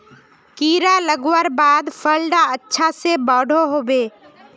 कीड़ा लगवार बाद फल डा अच्छा से बोठो होबे?